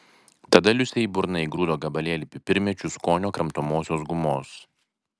tada liusei į burną įgrūdo gabalėlį pipirmėčių skonio kramtomosios gumos